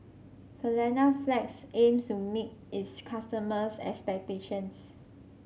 Panaflex aims to meet its customers' expectations